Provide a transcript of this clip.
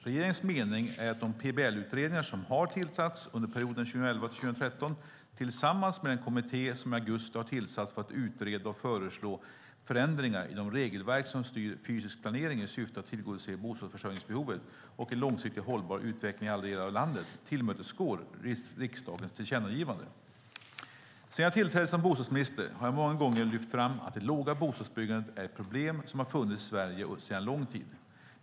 Regeringens mening är att de PBL-utredningar som har tillsatts under perioden 2011-2013, tillsammans med den kommitté som i augusti har tillsatts för att utreda och föreslå förändringar i de regelverk som styr fysisk planering i syfte att tillgodose bostadsförsörjningsbehovet och en långsiktigt hållbar utveckling i alla delar av landet, tillmötesgår riksdagens tillkännagivande. Sedan jag tillträde som bostadsminister har jag många gånger lyft fram att det låga bostadsbyggandet är ett problem som har funnits i Sverige under lång tid.